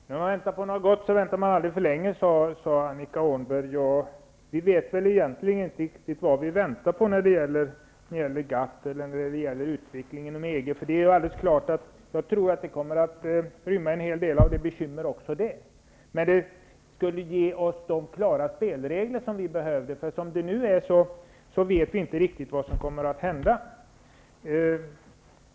Herr talman! När man väntar på något gott väntar man aldrig för länge, sade Annika Åhnberg. Ja, vi vet egentligen inte riktigt vad vi väntar på när det gäller GATT och utvecklingen inom EG. Det är helt klart att det också kommer att rymma en hel del av bekymmer, men det skulle ge oss de klara spelregler som vi behöver. Som det nu är, vet vi inte vad som kommer att hända.